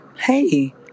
hey